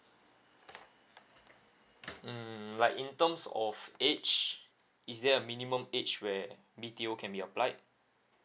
mm like in terms of age is there a minimum age where B_T_O can be applied